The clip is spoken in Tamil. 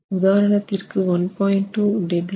உதாரணத்திற்கு 1